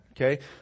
okay